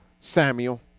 Samuel